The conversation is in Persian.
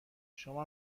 شما